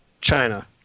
China